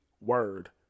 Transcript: word